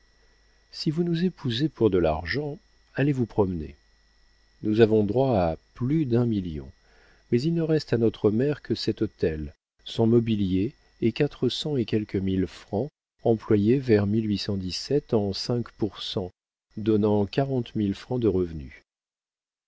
si vous nous épousez pour de l'argent allez vous promener nous avons droit à plus d'un million mais il ne reste à notre mère que cet hôtel son mobilier et quatre cents et quelques mille francs employés vers en cinq pour cent donnant quarante mille francs de revenus